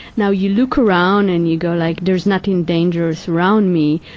now, you look around and you go like, there's nothing dangerous around me,